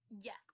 Yes